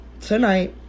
tonight